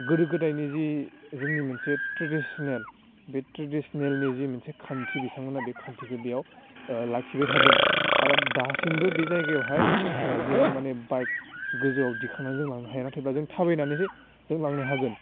गोदो गोदायनि जि जोंनि मोनसे ट्रे़डिसनेल बे ट्रेडिसनेलनि जि मोनसे खान्थि बिथांमोना बे खान्थिखौ बेयाव लाखिबाय थादों आरो दासिमबो बे जायगायावहाय जों मानि बाइक गोजौवाव दिखांनानै जों लांनो हाया नाथायबा जों थाबायनानैसो जों लांनो हागोन